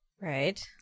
Right